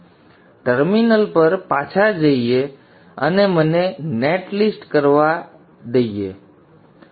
અમે ટર્મિનલ પર પાછા જઈએ છીએ અને મને નેટ લિસ્ટ કરવા દઈએ છીએ